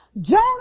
Jonah